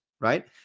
right